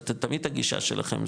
זה תמיד הגישה שלכם,